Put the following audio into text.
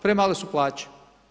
Premale su plaće.